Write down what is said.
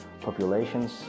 populations